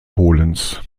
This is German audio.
polens